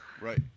Right